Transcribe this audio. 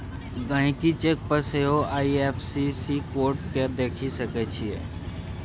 गहिंकी चेक पर सेहो आइ.एफ.एस.सी कोड केँ देखि सकै छै